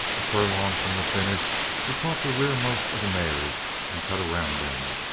a furlong from the finish he caught the rearmost of the mares and cut around them,